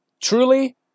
truly